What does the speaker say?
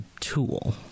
tool